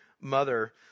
mother